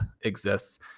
exists